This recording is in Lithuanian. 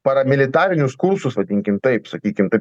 paramilitarinius kursus vadinkim taip sakykim taip